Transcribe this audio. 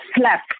slap